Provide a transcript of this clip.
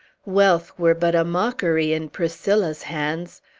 wealth were but a mockery in priscilla's hands.